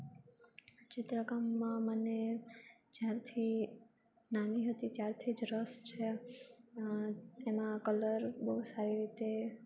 ચિત્રકામમાં મને જ્યારથી નાની હતી ત્યારથી જ રસ એમાં કલર બહુ સારી રીતે